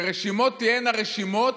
שרשימות תהיינה רשימות.